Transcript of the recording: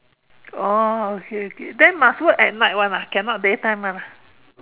oh okay okay then must work at night [one] ah cannot day time [one] ah